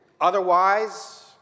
Otherwise